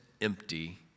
empty